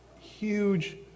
huge